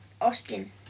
Austin